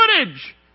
footage